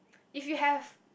if you have